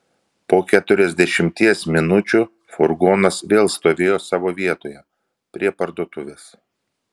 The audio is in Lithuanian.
po keturiasdešimties minučių furgonas vėl stovėjo savo vietoje prie parduotuvės